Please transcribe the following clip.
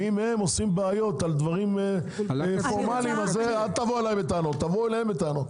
אם הם עושים בעיות על דברים פורמליים תבואו אליהם בטענות,